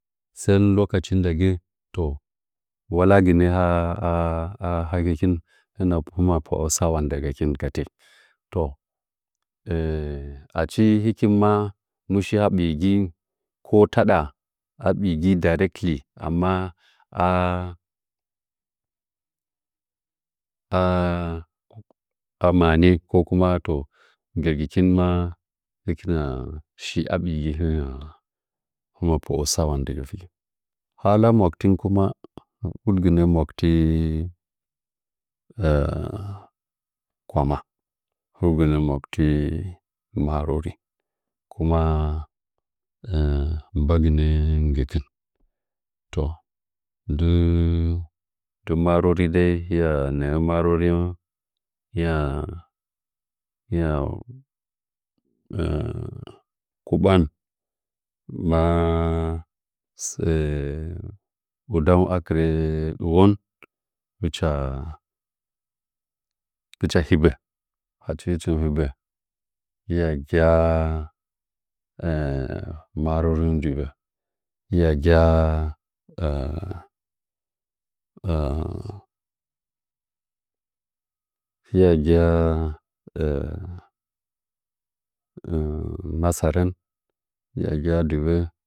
Sen lokachi ndagɨ to walaginɚ a hagɚkin hɨna paa sa’wa nda kin to achi hɨkɨn ma mɨ shi a ɓii gɨ ko taɗa a ɓiigi directily amma a a a maanɚ ko kumato hɨhɨn ma kiha shi a biigi hinɚ pwa a sa’wa denafik hala makutin ku ma huɗgɨ nɚ ma kuti koma huɗgɨ nɚ ma kuti marove kuma bagɨna gɚkin to ndɨ marore dai hiya nɚhɚɚ marorem hiya kuban ‘’masɚ wa kɨrɚ dɨ won hɨcha hɨbya achim chim hɨbya hɨya hɨjaa marororɚung hɨya hɨjaa masaren hiya hɨjaa dɨvɚ.